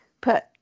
put